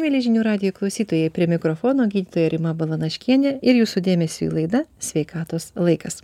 mieli žinių radijo klausytojai prie mikrofono gydytoja rima balanaškienė ir jūsų dėmesiui laida sveikatos laikas